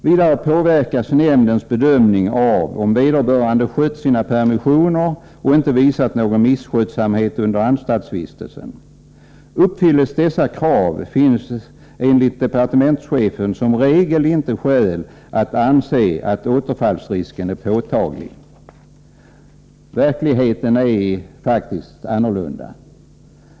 Vidare påverkas nämndens bedömning av om vederbörande skött sina permissioner och inte visat någon misskötsamhet under anstaltsvistelsen. Uppfylls dessa krav finns det enligt departementschefen som regel inte skäl att anse att återfallsrisken är påtaglig. Verkligheten är faktiskt annorlunda.